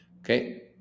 Okay